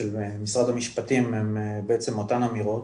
של משרד המשפטים הם בעצם אותן אמירות.